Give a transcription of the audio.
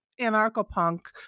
anarcho-punk